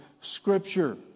scripture